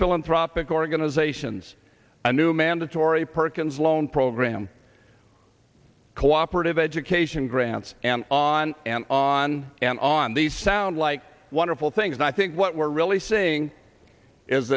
philanthropic organizations a new mandatory perkins loan program cooperative education grants and on and on and on these sound like wonderful things and i think what we're really seeing is